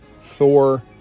Thor